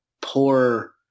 poor